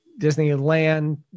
Disneyland